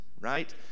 right